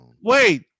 wait